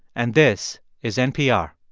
and this is npr